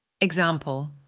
Example